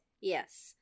yes